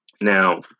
Now